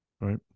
right